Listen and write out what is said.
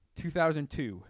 2002